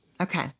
Okay